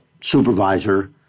supervisor